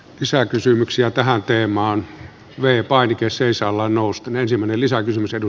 lisää kysymyksiä tähän teemaan ja jopa nykyisen salla nousta ei enää toistu